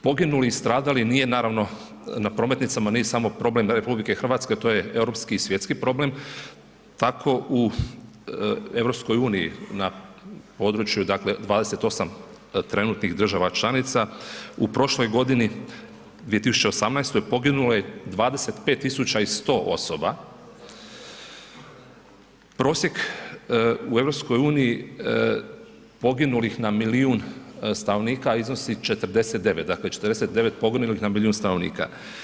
Poginuli i stradali nije naravno na prometnicama nije samo problem RH to je europski i svjetski problem, tako u EU na području dakle 28 trenutnih država članica u prošloj godini 2018. poginulo je 25.100 osoba, prosjek u EU poginulih na milijun stanovnika iznosi 49, dakle 49 poginulih na milijun stanovnika.